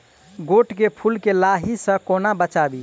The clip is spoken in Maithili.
गोट केँ फुल केँ लाही सऽ कोना बचाबी?